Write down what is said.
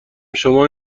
شما